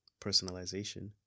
personalization